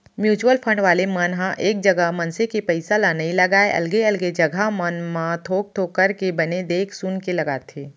mutual fund वाले मन ह एक जगा मनसे के पइसा ल नइ लगाय अलगे अलगे जघा मन म थोक थोक करके बने देख सुनके लगाथे